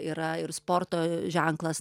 yra ir sporto ženklas